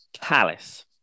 Palace